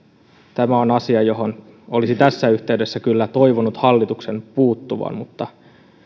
tämä on asia johon olisi tässä yhteydessä kyllä toivonut hallituksen puuttuvan mutta